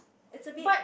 it's a bit